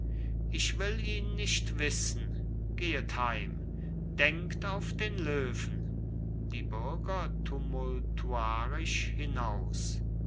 ich will ihn nicht wissen gehet heim denkt auf den löwen die bürger tumultuarisch hinaus